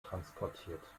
transportiert